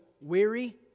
weary